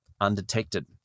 undetected